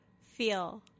feel